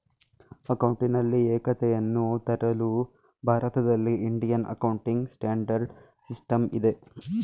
ಅಕೌಂಟಿನಲ್ಲಿ ಏಕತೆಯನ್ನು ತರಲು ಭಾರತದಲ್ಲಿ ಇಂಡಿಯನ್ ಅಕೌಂಟಿಂಗ್ ಸ್ಟ್ಯಾಂಡರ್ಡ್ ಸಿಸ್ಟಮ್ ಇದೆ